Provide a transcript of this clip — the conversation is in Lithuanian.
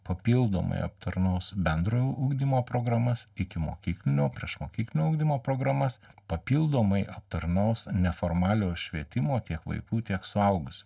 papildomai aptarnaus bendrojo ugdymo programas ikimokyklinio priešmokyklinio ugdymo programas papildomai aptarnaus neformaliojo švietimo tiek vaikų tiek suaugusių